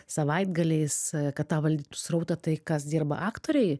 savaitgaliais kad tą valdytų srautą tai kas dirba aktoriai